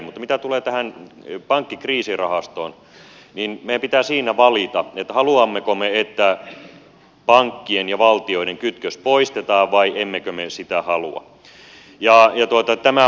mutta mitä tulee tähän pankkikriisirahastoon niin meidän pitää siinä valita haluammeko me että pankkien ja valtioiden kytkös poistetaan vai emmekö me sitä halua